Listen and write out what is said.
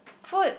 food